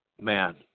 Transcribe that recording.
man